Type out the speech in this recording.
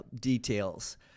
details